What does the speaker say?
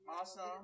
Awesome